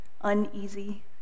uneasy